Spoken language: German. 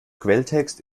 quelltext